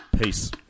Peace